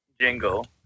jingle